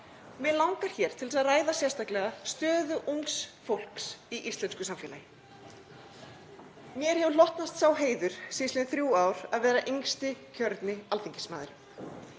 Mig langar til þess að ræða hér sérstaklega stöðu ungs fólks í íslensku samfélagi. Mér hefur hlotnast sá heiður síðastliðin þrjú ár að vera yngsti kjörni alþingismaðurinn.